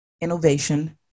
innovation